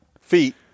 feet